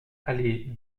allée